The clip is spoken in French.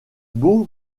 beau